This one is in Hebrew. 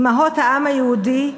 אימהות העם היהודי,